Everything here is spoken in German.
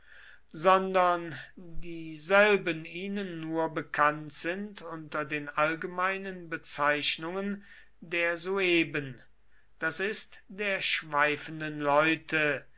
sondern dieselben ihnen nur bekannt sind unter den allgemeinen bezeichnungen der sueben das ist der schweifenden leute